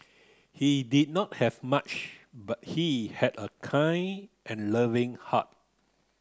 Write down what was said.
he did not have much but he had a kind and loving heart